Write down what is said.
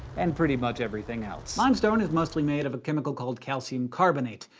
and pretty much everything else. limestone is mostly made of a chemical called calcium carbonate.